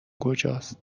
کجاست